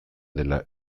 dela